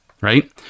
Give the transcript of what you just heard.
right